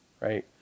right